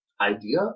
idea